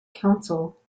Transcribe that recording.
council